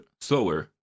slower